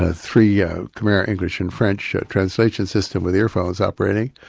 ah three yeah khmer, english and french translation system with earphones operating.